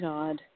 God